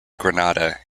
granada